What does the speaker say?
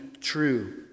true